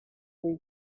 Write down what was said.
three